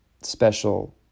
special